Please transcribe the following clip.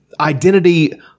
identity